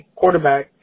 quarterback